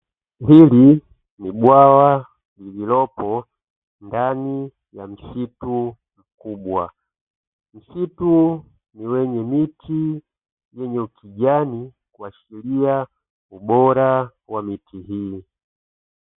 Hili ni bwawa lililopo ndani ya msitu mkubwa, msitu wenye miti yenye ukijani kuashiria ubora wa miti hii.